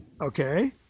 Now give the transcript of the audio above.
Okay